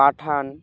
পাঠান